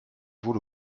vaut